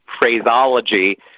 phraseology